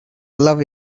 love